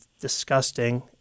disgusting